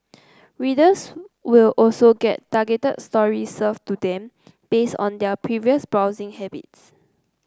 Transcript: readers will also get targeted stories served to them based on their previous browsing habits